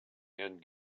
and